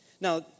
Now